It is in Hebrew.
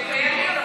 שיקיים דיון,